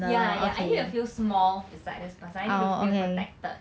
ya ya I need to feel small beside this person I need to feel protected